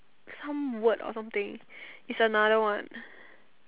some word or something it's another one